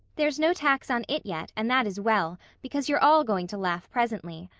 there's no tax on it yet and that is well, because you're all going to laugh presently.